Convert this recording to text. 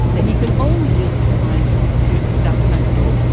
that he could only yield his time to the staff counsel.